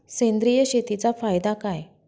सेंद्रिय शेतीचा फायदा काय?